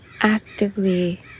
actively